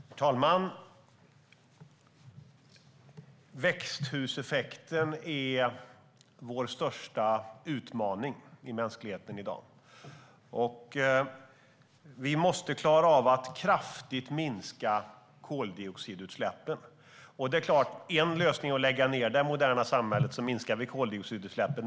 Herr talman! Växthuseffekten är vår största utmaning i mänskligheten i dag. Vi måste klara av att kraftigt minska koldioxidutsläppen. En lösning är att lägga ned det moderna samhället, och så minskar vi koldioxidutsläppen.